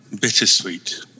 bittersweet